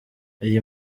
iyi